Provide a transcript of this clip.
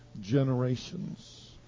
generations